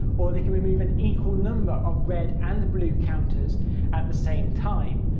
or they can remove an equal number of red and blue counters at the same time.